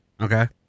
Okay